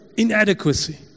inadequacy